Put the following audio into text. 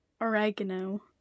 oregano